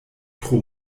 tro